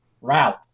route